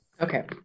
Okay